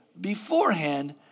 beforehand